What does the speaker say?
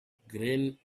green